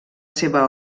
seva